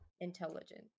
...intelligent